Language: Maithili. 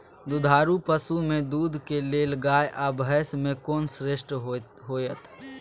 दुधारू पसु में दूध के लेल गाय आ भैंस में कोन श्रेष्ठ होयत?